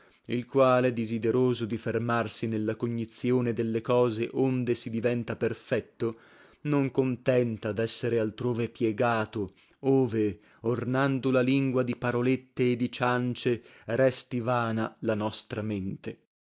il quale disideroso di fermarsi nella cognizione delle cose onde si diventa perfetto non contenta dessere altrove piegato ove ornando la lingua di parolette e di ciance resti vana la nostra mente